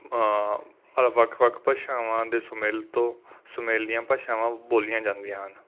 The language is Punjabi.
ਵੱਖ ਵੱਖ ਭਾਸ਼ਾਵਾਂ ਦੇ ਸੁਮੇਲ ਤੋਂ ਸੁਮੇਲੀਆਂ ਭਾਸ਼ਾਵਾਂ ਬੋਲੀਆਂ ਜਾਂਦੀਆਂ ਹਨ